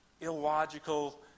illogical